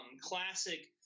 classic